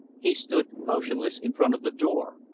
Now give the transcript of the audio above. he stood motionless in front of the door.